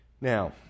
Now